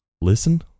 listen